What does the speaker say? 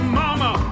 mama